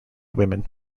women